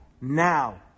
now